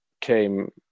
came